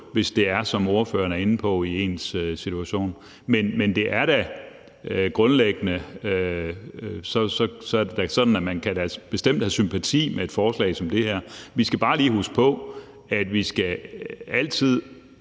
hvis det – som spørgeren er inde på – er ens situation. Men grundlæggende er det sådan, at man da bestemt kan have sympati for et forslag som det her. Vi skal bare lige huske på, at vi altid